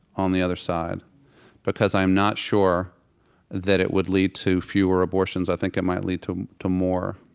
on the other side because i am not sure that it would lead to fewer abortions, i think it might lead to to more.